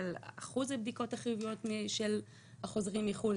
אחוז הבדיקות החיוביות של החוזרים מחו"ל,